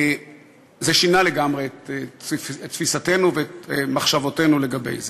זה שינה לגמרי את תפיסתנו ואת מחשבותינו לגבי זה.